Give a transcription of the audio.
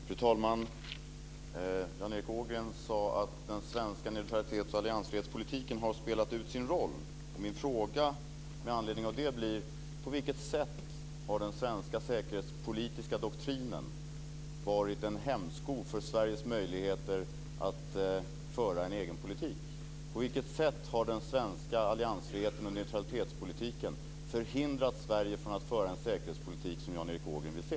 Fru talman! Jan Erik Ågren sade att den svenska neutralitets och alliansfrihetspolitiken har spelat ut sin roll. Min fråga med anledning av det blir: På vilket sätt har den svenska säkerhetspolitiska doktrinen varit en hämsko för Sveriges möjligheter att föra en egen politik? På vilket sätt har den svenska alliansfriheten och neutralitetspolitiken förhindrat Sverige från att föra en säkerhetspolitik som Jan Erik Ågren vill se?